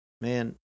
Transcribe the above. man